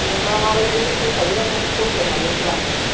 नोंबा माबादिखौ फसायो नों फसायनानै लांदो